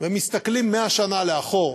ומסתכלים 100 שנה לאחור,